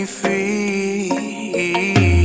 free